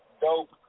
dope